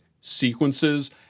sequences